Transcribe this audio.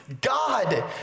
God